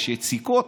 יש יציקות,